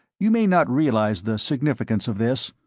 you may not realize the significance of this,